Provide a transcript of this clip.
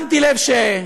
שמתי לב שיהיר,